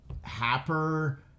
Happer